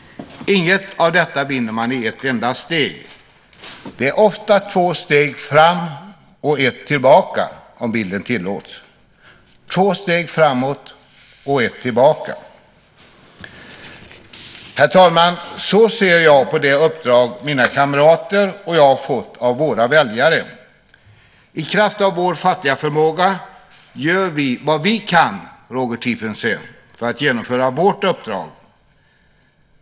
Inget av detta vinner man i ett enda steg. Det är ofta två steg framåt och ett tillbaka, om bilden tillåts - två steg framåt och ett tillbaka. Herr talman! Så ser jag på det uppdrag som mina kamrater och jag har fått av våra väljare. I kraft av vår fattiga förmåga gör vi, Roger Tiefensee, vad vi kan för att genomföra vårt uppdrag.